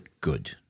good